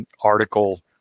Article